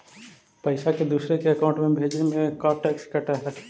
पैसा के दूसरे के अकाउंट में भेजें में का टैक्स कट है?